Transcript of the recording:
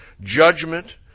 Judgment